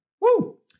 Woo